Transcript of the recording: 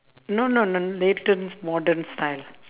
no no no latest modern style